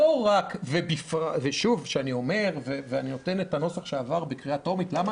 למה הצבעתי נגד הנוסח שעבר בקריאה טרומית?